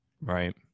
right